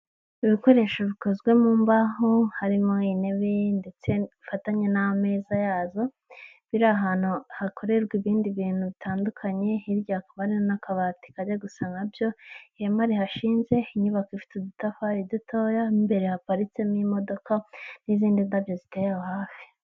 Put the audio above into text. Ibikoresho bikozwe mu mbaho harimo intebe ndetse ifatanye n'amezaza yazo biri ahantu hakorerwa ibindi bintu bitandukanye hirya akaba n'akabati kajya gusa nkabyo, ihema rihashinze, inyubako ifite udutafari dutoya, mu imbere haparitsemo imodoka n'izindi ndabyo ziteye aho hafi.